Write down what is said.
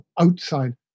outside